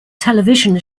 television